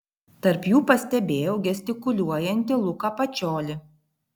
tarp jų pastebėjau gestikuliuojantį luką pačiolį